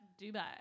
Dubai